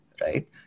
right